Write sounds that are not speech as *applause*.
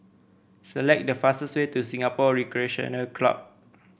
select the fastest way to Singapore Recreation *hesitation* Club